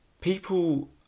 People